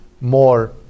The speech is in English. more